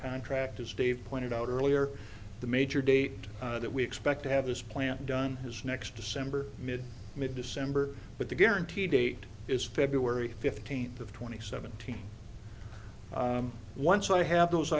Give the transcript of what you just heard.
contract as dave pointed out earlier the major date that we expect to have this plant done is next december mid mid december but the guarantee date is february fifteenth of twenty seventeen once i have those